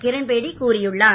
கிரண் பேடி கூறியுள்ளார்